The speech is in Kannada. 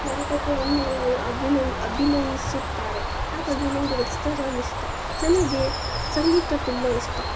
ನಾಟಕವನ್ನು ಅಭಿನಯಿ ಅಭಿನಯಿಸುತ್ತಾರೆ ಹಾಗಾಗಿ ನನಗೆ ರಚಿತಾರಾಮ್ ಇಷ್ಟ ನನಗೆ ಸಂಗೀತ ತುಂಬ ಇಷ್ಟ